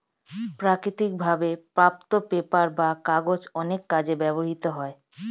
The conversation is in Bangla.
প্রাকৃতিক ভাবে প্রাপ্ত পেপার বা কাগজ অনেক কাজে ব্যবহৃত হয়